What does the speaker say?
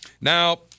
Now